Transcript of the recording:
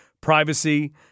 Privacy